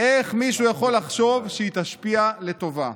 איך מישהו יכול לחשוב שהיא תשפיע לטובה?